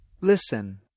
listen